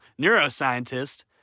neuroscientist